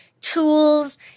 tools –